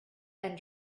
and